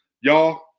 y'all